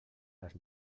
les